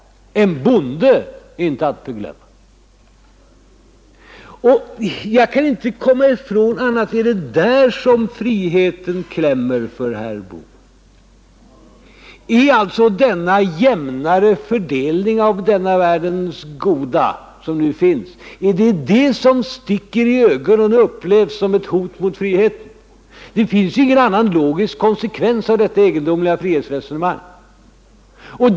Jag kan inte komma ifrån att det är där som friheten klämmer för herr Bohman. Är det alltså denna jämnare fördelning av denna världens goda, som vi har, som sticker i ögonen och upplevs såsom ett hot mot friheten? Det finns ingen annan logisk konsekvens av moderaternas egendomliga frihetsresonemang.